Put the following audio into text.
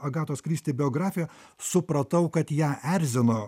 agatos kristi biografiją supratau kad ją erzino